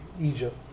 Egypt